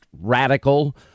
radical